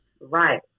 Right